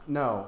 no